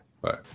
Bye